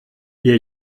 ihr